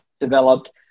developed